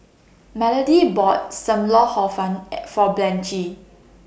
Melody bought SAM Lau Hor Fun At For Blanchie